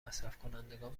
مصرفکنندگان